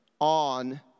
on